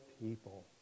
people